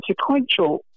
consequential